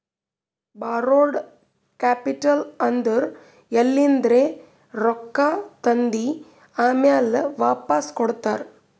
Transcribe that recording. ಬಾರೋಡ್ capital ಅಂದುರ್ ಎಲಿಂದ್ರೆ ರೊಕ್ಕಾ ತಂದಿ ಆಮ್ಯಾಲ್ ವಾಪಾಸ್ ಕೊಡ್ತಾರ